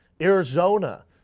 Arizona